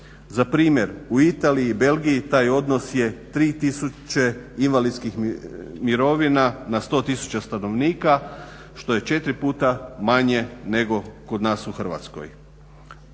Na primjer u Italiji i Belgiji taj odnos je 3 tisuće invalidskih mirovina na 100 tisuća stanovnika, što je 4 puta manje nego kod nas u Hrvatskoj.